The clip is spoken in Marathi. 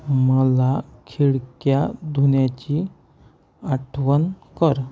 मला खिडक्या धुण्याची आठवण कर